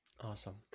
Awesome